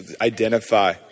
identify